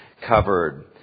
covered